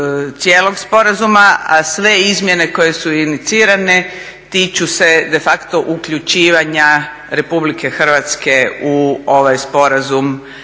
cijelog sporazuma, a sve izmjene koje su inicirane tiču se de facto uključivanja RH u ovaj sporazum